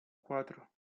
cuatro